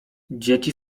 dzieci